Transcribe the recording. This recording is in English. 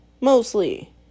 mostly